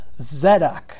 Zedek